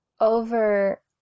over